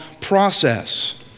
process